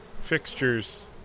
fixtures